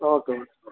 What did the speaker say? okay okay okay